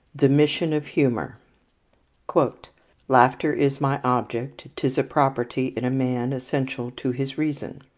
the mission of humour laughter is my object tis a property in man, essential to his reason.